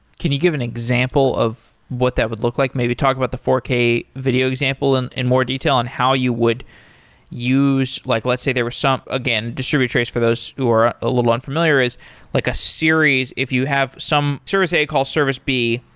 can you give an example of what that would look like? maybe talk about the four k video example in and more detail on how you would use, like let's say, there were some again, distribute trace for those who are a little unfamiliar is like a series, if you have some service a call service b,